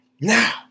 Now